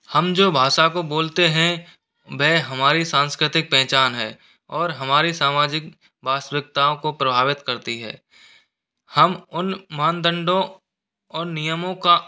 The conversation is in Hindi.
हम जो भाषा को बोलते हैं वह हमारी सांस्कृतिक पहचान है और हमारी सामाजिक वास्तविकताओं को प्रभावित करती है हम उन मानदंडों और नियमों का